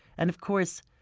and of course,